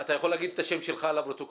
אתה יכול להגיד את השם שלך לפרוטוקול?